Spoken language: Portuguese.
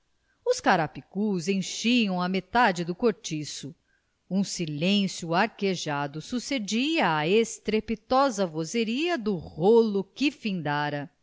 os carapicus enchiam a metade do cortiço um silêncio arquejado sucedia à estrepitosa vozeria do rolo que findara